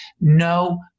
no